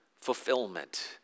fulfillment